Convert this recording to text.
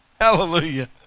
Hallelujah